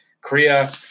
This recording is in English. Korea